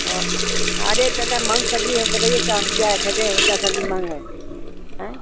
हाँ अरे इतनी महंगी सब्ज़ी है बताइए क्या हम क्या ख़रीदें इत्ता सब्ज़ी महँगा है हैं